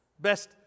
Best